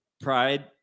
pride